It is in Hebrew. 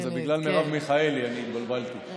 בגלל מרב מיכאלי אני התבלבלתי.